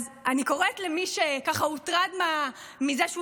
אז אני קוראת למי שככה הוטרד מזה שהוא